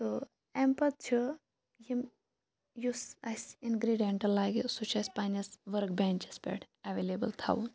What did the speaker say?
تہٕ اَمہِ پتہٕ چھُ یِم یُس اسہِ اِنگریٖڈِیَنٛٹ لَگہِ سُہ چھُ اسہِ پَننِس ؤرٕک بینٛچَس پٮ۪ٹھ ایٚولیبٕل تھاوُن